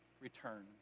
return